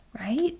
right